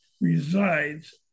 resides